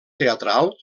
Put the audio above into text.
teatral